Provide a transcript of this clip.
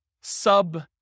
sub